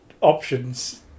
options